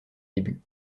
débuts